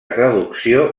traducció